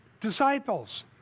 disciples